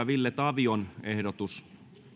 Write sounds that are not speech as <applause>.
<unintelligible> ville tavion ehdotus